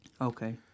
Okay